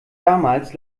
damals